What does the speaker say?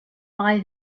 buy